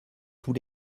tous